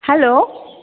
hello